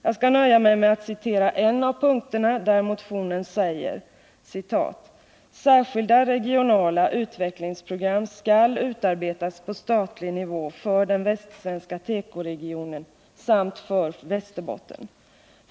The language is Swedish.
Jag skall nöja mig med att citera en av punkterna, där det sägs: ”Särskilda regionala utvecklingsprogram skall utarbetas på statlig nivå för den västsvenska teko-regionen samt för Västerbotten.